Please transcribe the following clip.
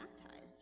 baptized